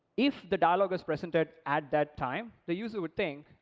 if the dialog is presented at that time, the user would think,